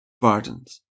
burdens